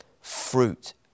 fruit